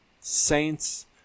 Saints